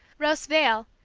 roast veal,